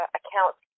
accounts